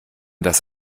das